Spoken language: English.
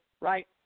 right